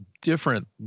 different